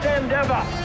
endeavor